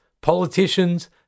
politicians